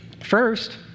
First